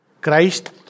Christ